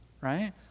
right